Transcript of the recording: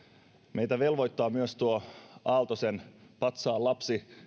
meitä velvoittaa myös tuo aaltosen patsaan lapsi